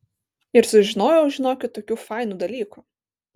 ir sužinojau žinokit tokių fainų dalykų